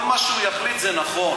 כל מה שהוא יחליט זה נכון,